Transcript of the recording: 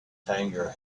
tangier